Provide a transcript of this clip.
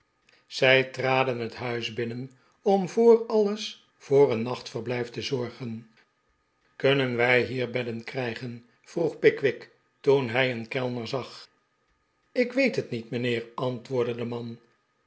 zij traden het huis binnen om voor alles voor een nachtverblijf te zorgen kunnen wij hier bedden krijgen vroeg pickwick toen hij een kellner zag ik weet het niet mijnheer antwoordde de man